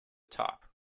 top